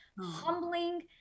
humbling